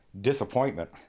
disappointment